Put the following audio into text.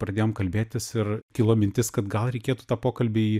pradėjom kalbėtis ir kilo mintis kad gal reikėtų tą pokalbį į